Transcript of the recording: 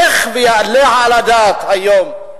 איך יעלה על הדעת היום,